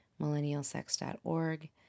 millennialsex.org